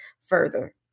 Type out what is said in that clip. further